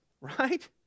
right